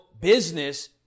business